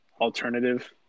alternative